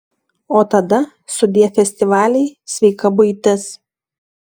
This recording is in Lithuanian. o tada sudie festivaliai sveika buitis